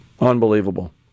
Unbelievable